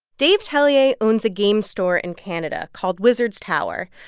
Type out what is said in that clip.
dave tellier owns a game store in canada called wizard's tower.